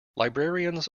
librarians